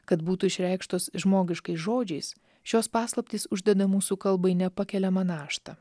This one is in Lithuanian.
kad būtų išreikštos žmogiškais žodžiais šios paslaptys uždeda mūsų kalbai nepakeliamą naštą